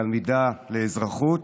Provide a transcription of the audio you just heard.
תלמידה לאזרחות,